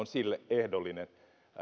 sille ehdollinen